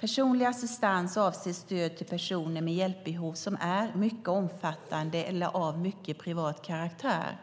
personlig assistans avser stöd till personer med hjälpbehov som är mycket omfattande eller av mycket privat karaktär.